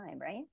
right